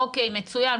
אוקיי, מצוין.